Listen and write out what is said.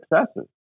successes